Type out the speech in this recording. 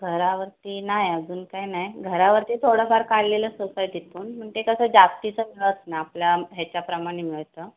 घरावरती नाही अजून काय नाही घरावरती थोडंफार काढलेलं सोसायटीतून पण ते कसं जास्तीचं मिळत नाही आपल्या ह्याच्याप्रमाणे मिळतं